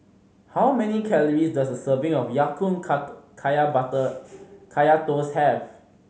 how many calories does a serving of Ya Kun kaya Kaya Toast have